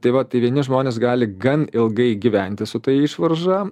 tai va tai vieni žmonės gali gan ilgai gyventi su ta išvarža